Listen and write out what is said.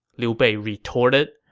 liu bei retorted.